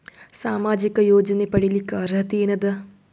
ಸಾಮಾಜಿಕ ಯೋಜನೆ ಪಡಿಲಿಕ್ಕ ಅರ್ಹತಿ ಎನದ?